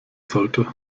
sollte